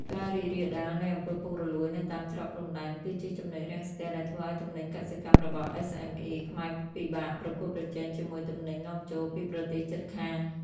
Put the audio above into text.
ការរីករាលដាលនៃ អំពើពុករលួយ នៅតាមច្រកព្រំដែន គឺជា ចំណុចរាំងស្ទះ ដែលធ្វើឱ្យទំនិញកសិកម្មរបស់ SME ខ្មែរពិបាកប្រកួតប្រជែងជាមួយទំនិញនាំចូលពីប្រទេសជិតខាង។